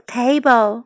table